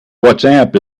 whatsapp